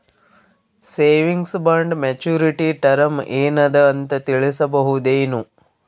Savings bond maturity term ಏನ ಅದ ಅಂತ ತಿಳಸಬಹುದೇನು?